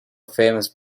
famous